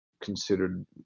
considered